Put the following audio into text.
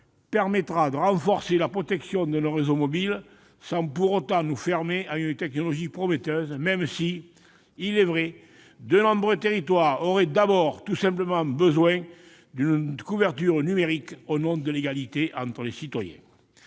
permettra de renforcer la protection de nos réseaux mobiles sans pour autant nous fermer à une technologie prometteuse, même si de nombreux territoires auraient besoin de disposer déjà d'une simple couverture numérique, au nom de l'égalité entre les citoyens.